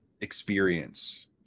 experience